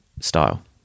style